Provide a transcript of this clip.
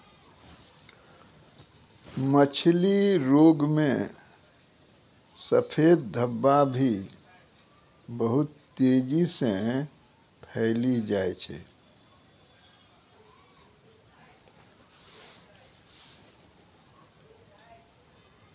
मछली रोग मे सफेद धब्बा भी बहुत तेजी से फैली जाय छै